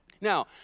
Now